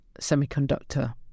semiconductor